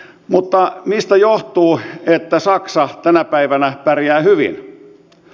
mutta mistä johtuu että saksa tänä päivänä pärjää hyvin